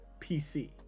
PC